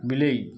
ବିଲେଇ